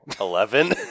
Eleven